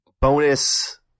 bonus